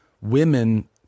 women